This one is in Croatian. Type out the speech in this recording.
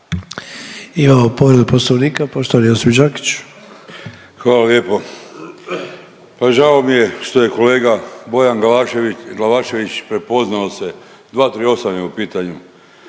Imamo povredu Poslovnika, poštovani Josip Đakić. **Đakić, Josip (HDZ)** Hvala lijepo. Pa žao mi je što je kolega Bojan Glavašević prepoznao se, 238. je u pitanju,